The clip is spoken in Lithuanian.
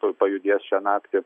tuoj pajudės šią naktį